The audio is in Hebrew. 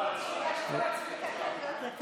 אפשר להצביע.